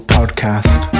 Podcast